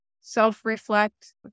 self-reflect